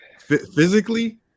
physically